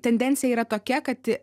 tendencija yra tokia kad